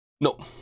no